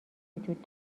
وجود